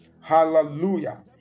Hallelujah